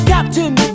Captain